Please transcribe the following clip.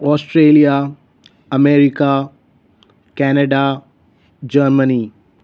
Australia America Canada Germany